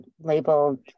labeled